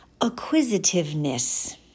acquisitiveness